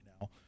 now